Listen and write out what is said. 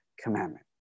commandment